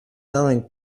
selling